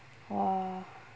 !wah!